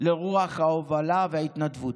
לרוח ההובלה וההתנדבות.